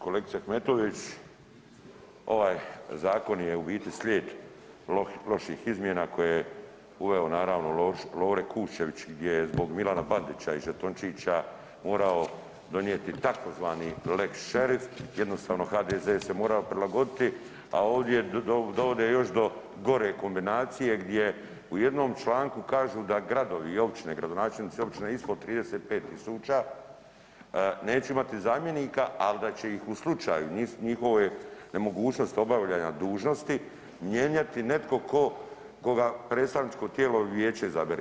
Kolegice Ahmetović, ovaj zakon je u biti slijed loših izmjena koje je uveo naravno Lovro Kuščević gdje je zbog Milana Bandića i žetončića morao donijeti tzv. lex šerif, jednostavno HDZ se morao prilagoditi, a ovdje dovode do još gore kombinacije gdje u jednom članku kažu da gradovi i općine, gradonačelnici općina ispod 35.000 neće imati zamjenika, ali da će ih u slučaju njihove nemogućnosti obavljanja dužnosti mijenjati netko koga predstavničko tijelo vijeće izabere.